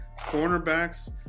cornerbacks